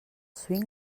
swing